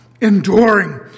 enduring